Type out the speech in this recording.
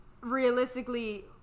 realistically